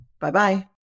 Bye-bye